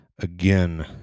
again